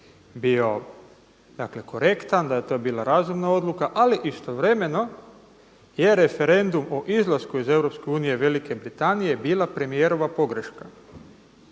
korektan, da je to bila razumna odluka, ali istovremeno je referendum o izlasku iz Europske unije Velike Britanije bila premijerova pogreška.